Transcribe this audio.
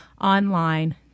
online